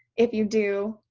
if you do,